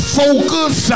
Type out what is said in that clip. focus